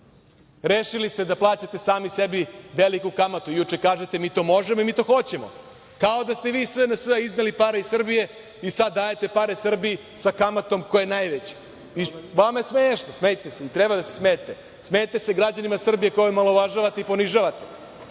Rešili ste da plaćate sami sebi veliku kamatu. Juče kažete – mi to možemo i mi to hoćemo, kao da ste vi iz SNS izneli pare iz Srbije i sad dajete pare Srbiji sa kamatom koja je najveća. Vama je smešno. Smejte se i treba da se smejete. Smejete se građanima Srbije, koje omalovažavate i ponižavate